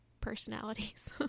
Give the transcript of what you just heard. personalities